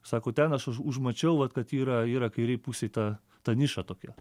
sako ten aš už užmačiau vat kad yra yra kairėj pusėj ta ta niša tokia